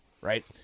right